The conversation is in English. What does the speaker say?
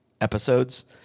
episodes